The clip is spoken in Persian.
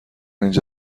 اینجا